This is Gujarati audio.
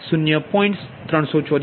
0384 1